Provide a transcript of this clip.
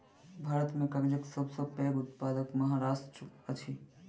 भारत में कागजक सब सॅ पैघ उत्पादक महाराष्ट्र अछि